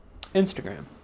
Instagram